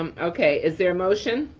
um okay, is there a motion.